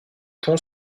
tons